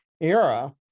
era